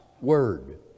Word